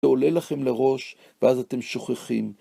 זה עולה לכם לראש ואז אתם שוכחים.